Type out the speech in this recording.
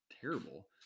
terrible